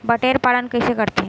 बटेर पालन कइसे करथे?